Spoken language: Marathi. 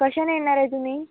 कशाने येणार आहे तुम्ही